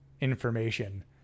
information